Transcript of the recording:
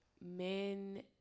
men